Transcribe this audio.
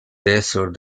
desert